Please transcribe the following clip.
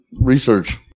research